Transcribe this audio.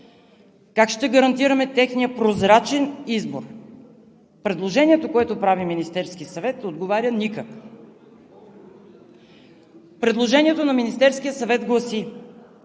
Как ще гарантираме техния прозрачен избор? Предложението, което прави Министерският съвет, отговаря: никак! Предложението на Министерския съвет гласи: